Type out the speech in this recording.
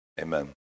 amen